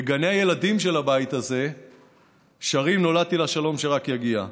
בגני הילדים של הבית הזה שרים "נולדתי לשלום שרק יגיע",